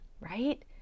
right